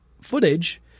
footage